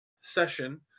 session